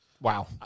wow